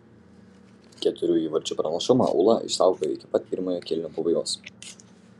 keturių įvarčių pranašumą ūla išsaugojo iki pat pirmojo kėlinio pabaigos